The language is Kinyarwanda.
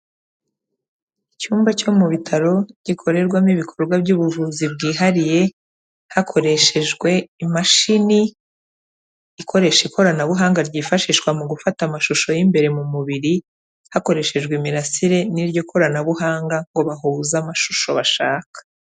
Icyumba cyo mu bitaro, gikorerwamo ibikorwa by'ubuvuzi bwihariye, hakoreshejwe imashini ikoresha ikoranabuhanga ryifashishwa mu gufata amashusho y'imbere mu mubiri, hakoreshejwe imirasire n'iryo koranabuhanga ngo bahuze amashusho bashaka.